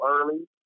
early